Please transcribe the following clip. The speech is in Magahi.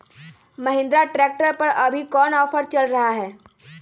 महिंद्रा ट्रैक्टर पर अभी कोन ऑफर चल रहा है?